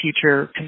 future